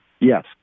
Yes